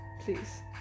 please